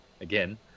Again